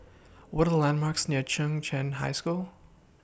What Are The landmarks near Chung Cheng High School